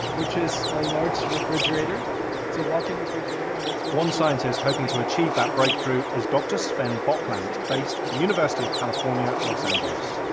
which is a large refrigerator, it's a walk-in refrigerator. and one scientist hoping to achieve that breakthrough is dr sven bocklandt, based at the university of california, los angeles.